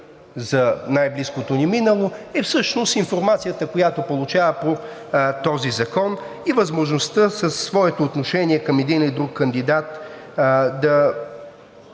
за най-близкото ни минало е всъщност информацията, която получава по този закон, и възможността със своето отношение към един или друг кандидат да